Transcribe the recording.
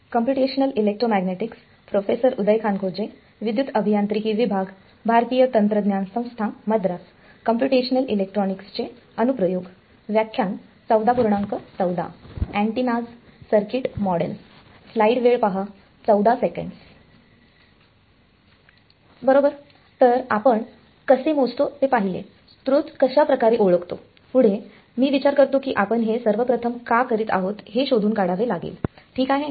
बरोबर तर आपण कसे मोजतो ते पाहिले स्त्रोत कशा प्रकारे ओळखतो पुढे मी विचार करतो की आपण हे सर्व प्रथम का करीत आहोत हे शोधून काढावे लागेल ठीक आहे